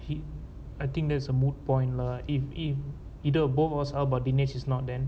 he I think there's a mood point lah if if either uh both of us are but dinesh is not then